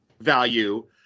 value—